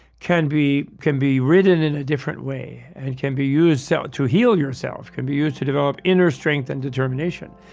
can be can be ridden in a different way and can be used so to heal yourself. it can be used to develop inner strength and determination,